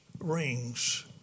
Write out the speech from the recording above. rings